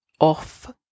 off